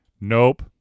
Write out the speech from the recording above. Nope